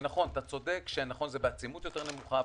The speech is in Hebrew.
אתה צודק שזה בעצימות יותר נמוכה,